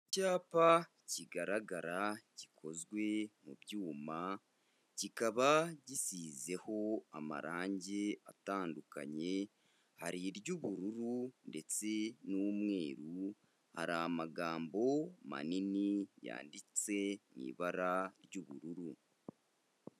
Icyapa kigaragara gikozwe mu byuma kikaba gisizeho amarangi atandukanye hari iry'ubururu ndetse n'umweru. Hari amagambo manini yanditse mu ibara ry'ubururu.